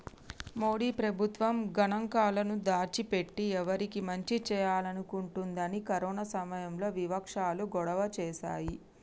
మోడీ ప్రభుత్వం గణాంకాలను దాచి పెట్టి ఎవరికి మంచి చేయాలనుకుంటుందని కరోనా సమయంలో వివక్షాలు గొడవ చేశాయి